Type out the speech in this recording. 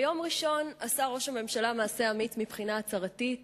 ביום ראשון עשה ראש הממשלה מעשה אמיץ מבחינה הצהרתית,